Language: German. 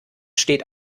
steht